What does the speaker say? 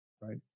right